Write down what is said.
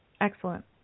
Excellent